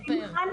--- כן.